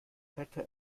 hätte